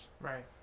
Right